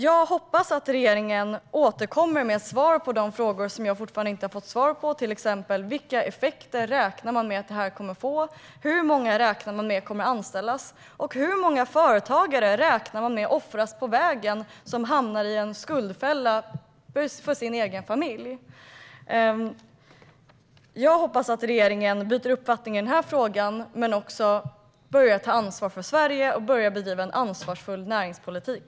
Jag hoppas att regeringen kommer att återkomma med svar på de frågor jag fortfarande inte fått svar på, till exempel: Vilka effekter räknar man med att det här kommer att få? Hur många räknar man med att det är som kommer att anställas? Och hur många företagare räknar man med att det är som kommer att offras på vägen, då de och den egna familjen hamnar i en skuldfälla? Jag hoppas att regeringen byter uppfattning i frågan men också att regeringen börjar ta ansvar för Sverige och börjar bedriva en ansvarsfull näringspolitik.